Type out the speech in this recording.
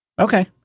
Okay